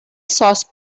sauce